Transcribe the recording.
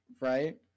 Right